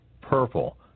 purple